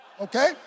okay